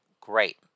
great